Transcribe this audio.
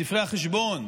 בספרי החשבון,